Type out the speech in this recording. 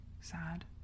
sad